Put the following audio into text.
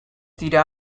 dira